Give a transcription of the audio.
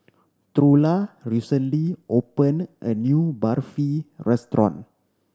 Trula recently opened a new Barfi restaurant